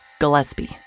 Gillespie